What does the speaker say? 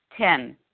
Ten